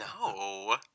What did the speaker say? No